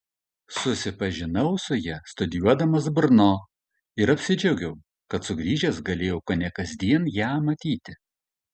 susipažinau su ja studijuodamas brno ir apsidžiaugiau kad sugrįžęs galėjau kone kasdien ją matyti